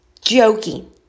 joking